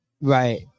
right